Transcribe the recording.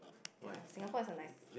okay lah Singapore is a nice